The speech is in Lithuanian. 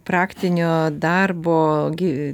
praktinio darbo gi